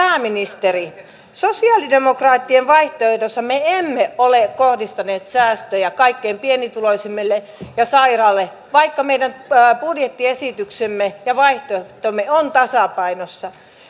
arvoisa pääministeri sosialidemokraattien vaihtoehdossa me emme ole kohdistaneet säästöjä kaikkein pienituloisimmille ja sairaille vaikka meidän budjettiesityksemme ja vaihtoehtomme on tasapainossa